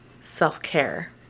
self-care